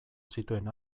zituen